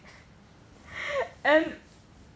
and